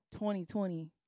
2020